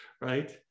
right